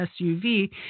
SUV